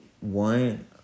one